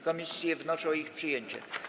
Komisje wnoszą o ich przyjęcie.